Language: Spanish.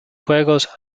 juegos